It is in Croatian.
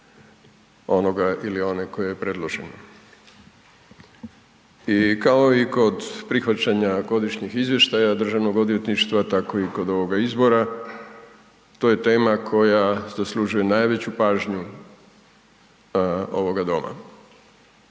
onoga ili one koji je predložen i kao i kod prihvaćanja godišnjih izvještaja DORH-a, tako i kod ovoga izbora, to je tema koja zaslužuje najveću pažnju ovoga Doma.